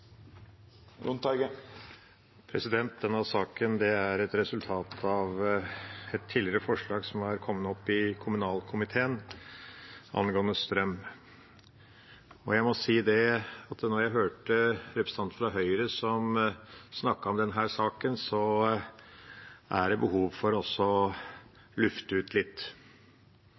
Denne saken er et resultat av et tidligere forslag som er kommet opp i kommunalkomiteen angående strøm. Jeg må si at etter at jeg hørte representanten fra Høyre snakke om denne saken, er det behov for å lufte ut litt.